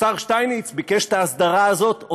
השר שטייניץ ביקש את ההסדרה הזאת,